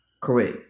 Correct